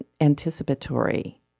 anticipatory